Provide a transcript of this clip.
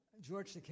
George